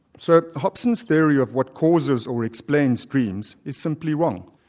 so hobson's theory of what causes or explains dreams, is simply wrong.